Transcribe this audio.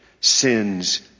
sin's